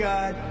God